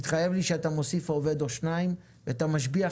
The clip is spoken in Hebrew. תתחייב שאתה מוסיף עובד או שניים ואתה משביח